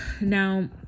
Now